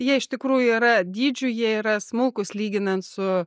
jie iš tikrųjų yra dydžiu jie yra smulkūs lyginant su